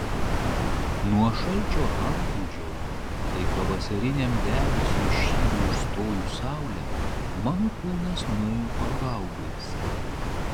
nuo šalčio antplūdžio kaip pavasariniam debesiui šydu užstojus saulę mano kūnas nuėjo pagaugais